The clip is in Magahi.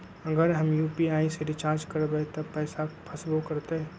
अगर हम यू.पी.आई से रिचार्ज करबै त पैसा फसबो करतई?